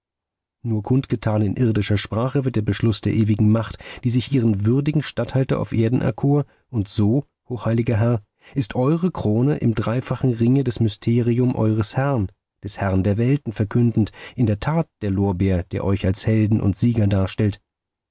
nur kundgetan in irdischer sprache wird der beschluß der ewigen macht die sich ihren würdigen statthalter auf erden erkor und so hochheiliger herr ist eure krone im dreifachen ringe das mysterium eures herrn des herrn der welten verkündend in der tat der lorbeer der euch als helden und sieger darstellt